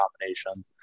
combination